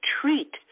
treat